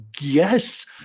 yes